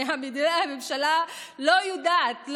הממשלה לא יודעת,